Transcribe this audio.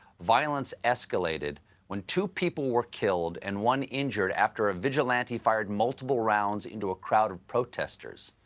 violence escalated when two people were killed and one injured after a vigilante fired multiple rounds into a crowd of protesters.